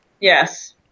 Yes